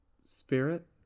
Spirit